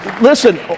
Listen